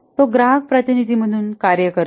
तो ग्राहक प्रतिनिधी म्हणून कार्य करतो